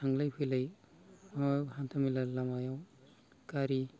थांलाय फैलाय बा हान्थामेला लामायाव गारि